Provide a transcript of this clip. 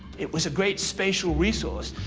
it was a great spatial resource,